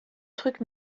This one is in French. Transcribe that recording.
truc